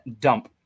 Dump